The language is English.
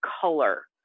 color